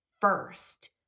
first